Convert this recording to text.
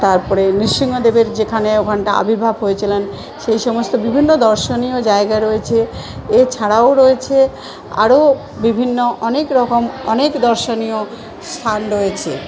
তারপরে নৃসিংহদেবের যেখানে ওখানটা আবির্ভাব হয়েছিলেন সেই সমস্ত বিভিন্ন দর্শনীয় জায়গা রয়েছে এছাড়াও রয়েছে আরও বিভিন্ন অনেকরকম অনেক দর্শনীয় স্থান রয়েছে